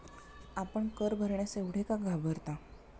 आपण कर भरण्यास एवढे का घाबरता?